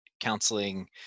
counseling